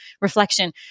reflection